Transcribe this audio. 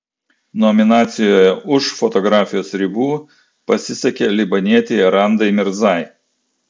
nominacijoje už fotografijos ribų pasisekė libanietei randai mirzai